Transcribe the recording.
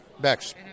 Bex